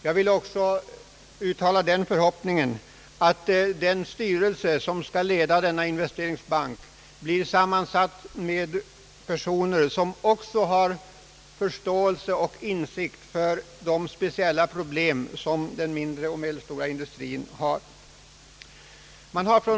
Jag vill också uttala den förhoppningen att den styrelse som skall leda denna investeringsbank sammansätts av personal med förståelse och insikt även för de problem som den mindre och medelstora industrin har.